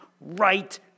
right